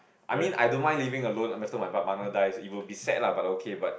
I mean I don't mind living alone after my partner dies it will be sad lah but okay but